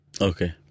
Okay